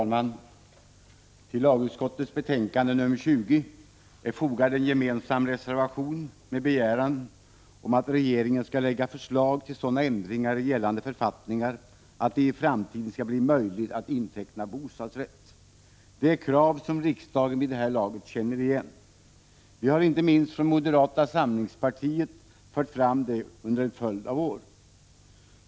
Fru talman! Till lagutskottets betänkande 20 är fogad en gemensam borgerlig reservation med begäran om att regeringen skall lägga fram ett förslag till sådana ändringar i gällande författningar att det i framtiden blir möjligt att inteckna bostadsrätt. Detta är ett krav som riksdagen vid det här laget känner igen. Vi har inte minst från moderata samlingspartiets sida fört fram det under en följd av år.